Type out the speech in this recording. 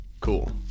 Cool